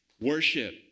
Worship